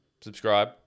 subscribe